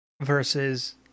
versus